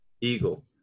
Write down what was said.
Eagle